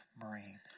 Marine